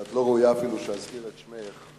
שאת לא ראויה אפילו שאזכיר את שמך,